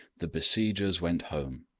the besiegers went home.